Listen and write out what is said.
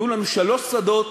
יהיו לנו שלושה שדות